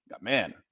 Man